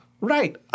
Right